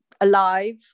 alive